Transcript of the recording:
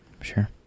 Sure